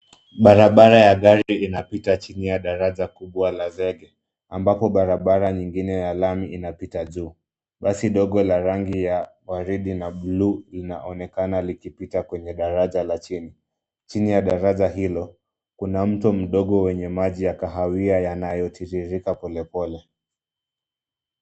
Barabara ya gari inapita chini ya daraja kubwa la zege ambapo barabara nyingine ya lami inapita juu. Basi dogo la rangi ya waridi na bluu inaonekana likipita kwenye daraja la chini. Chini ya daraja hilo kuna mto mdogo wenye maji ya kahawia yanayotirirka polepole.